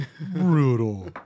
brutal